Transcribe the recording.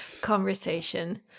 conversation